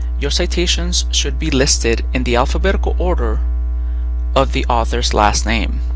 your citations should be listed in the alphabetical order of the author's last name.